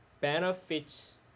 benefits